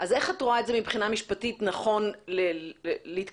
אז איך את רואה מבחינה משפטית שנכון להתקדם?